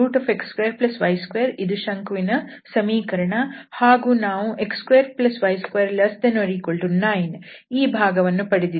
zx2y2 ಇದು ಶಂಕುವಿನ ಸಮೀಕರಣ ಹಾಗೂ ನಾವು x2y2≤9 ಈ ಭಾಗವನ್ನು ಪಡೆದಿದ್ದೇವೆ